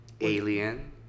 Alien